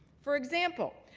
for example,